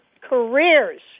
careers